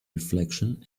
reflection